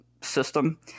system